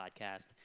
podcast